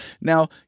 Now